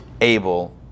able